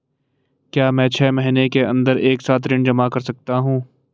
क्या मैं छः महीने के अन्दर एक साथ ऋण जमा कर सकता हूँ?